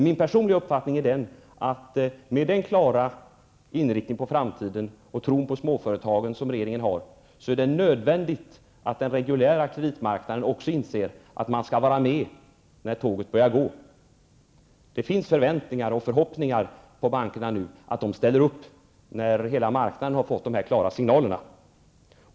Min personliga uppfattning är att med den klara inriktningen på framtiden och tro på småföretagen som regeringen har, är det nödvändigt att den reguljära kreditmarknaden också inser att man skall vara med när tåget börjar gå. Det finns förväntningar och förhoppningar att bankerna ställer upp när hela marknaden har fått dessa klara signaler.